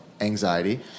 anxiety